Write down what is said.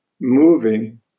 moving